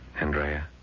Andrea